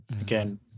again